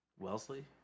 Wellesley